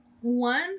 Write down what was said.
one